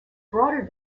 broader